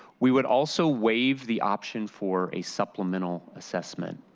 we would also waive the option for a supplemental assessment.